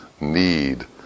need